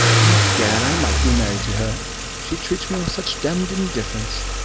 egad! i might be married to her she treats me with such demmed indifference.